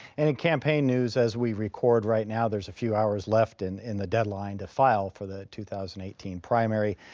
and in campaign news as we record right now, there's a few hours left in in the deadline to file for the two thousand and eighteen primary.